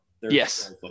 Yes